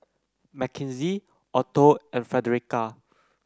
Makenzie Otho and Fredericka